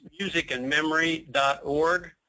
musicandmemory.org